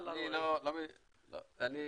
אני ממשיך,